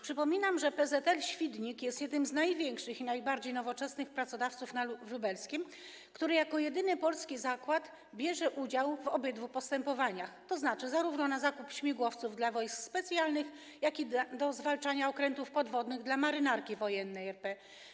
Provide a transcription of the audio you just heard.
Przypominam, że PZL-Świdnik jest jednym z największych i najbardziej nowoczesnych pracodawców w Lubelskiem i jako jedyny polski zakład bierze udział w obydwu postępowaniach, tzn. na zakup śmigłowców zarówno dla wojsk specjalnych, jak i do zwalczania okrętów podwodnych dla Marynarki Wojennej RP.